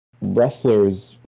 wrestlers